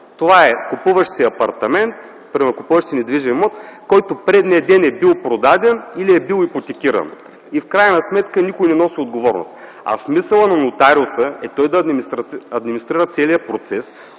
Това е: примерно купуваш си недвижим имот, който предния ден е бил продаден или е бил ипотекиран, и в крайна сметка никой не носи отговорност. Смисълът на нотариуса е той да администрира целия процес